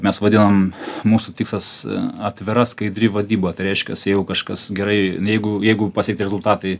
mes vadinam mūsų tikslas atvira skaidri vadyba tai reiškias jeigu kažkas gerai jeigu jeigu pasiekti rezultatai